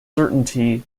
certainty